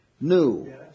new